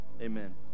Amen